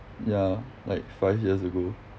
ya like five years ago